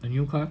the new car